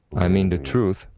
i mean the truth,